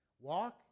Walk